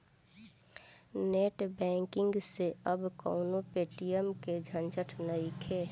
net banking से अब कवनो पेटीएम के झंझट नइखे